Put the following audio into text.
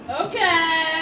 Okay